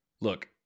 Look